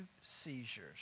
seizures